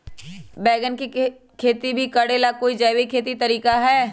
बैंगन के खेती भी करे ला का कोई जैविक तरीका है?